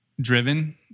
driven